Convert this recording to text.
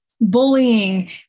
bullying